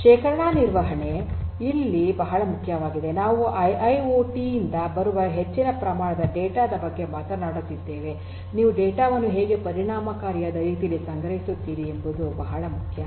ಶೇಖರಣಾ ನಿರ್ವಹಣೆ ಇಲ್ಲಿ ಮುಖ್ಯವಾಗಿದೆ ನಾವು ಐಐಓಟಿ ಯಿಂದ ಬರುವ ಹೆಚ್ಚಿನ ಪ್ರಮಾಣದ ಡೇಟಾ ದ ಬಗ್ಗೆ ಮಾತನಾಡುತ್ತಿದ್ದೇವೆ ನೀವು ಡೇಟಾ ವನ್ನು ಹೇಗೆ ಪರಿಣಾಮಕಾರಿಯಾದ ರೀತಿಯಲ್ಲಿ ಸಂಗ್ರಹಿಸುತ್ತೀರಿ ಎಂಬುದು ಬಹಳ ಮುಖ್ಯ